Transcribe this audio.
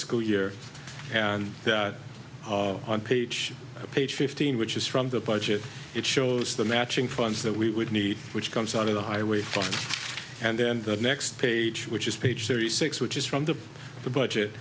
fiscal year and on page page fifteen which is from the budget it shows the matching funds that we would need which comes out of the highway fund and then the next page which is page series six which is from the the budget